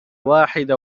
واحدة